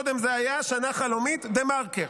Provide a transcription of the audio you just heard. קודם זה היה שנה חלומית בדה-מרקר,